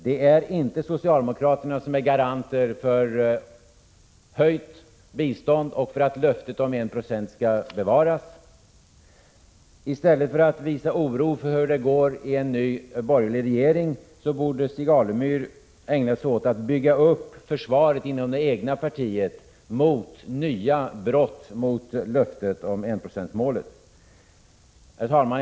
Det är inte socialdemokraterna som är garanter för en höjning av biståndet och för att löftet om 1 90 skall bevaras. I stället för att visa oro för hur det skulle gå om vi finge en ny borgerlig regering, borde Stig Alemyr ägna sig åt att bygga upp försvaret inom det egna partiet mot nya brott mot löftet om enprocentsmålet. Herr talman!